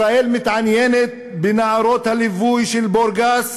ישראל מתעניינת בנערות הליווי של בורגס